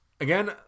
again